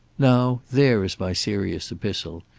now there is my serious epistle,